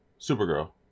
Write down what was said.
Supergirl